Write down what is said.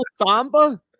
Thamba